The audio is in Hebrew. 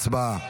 הצבעה.